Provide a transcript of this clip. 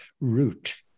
Root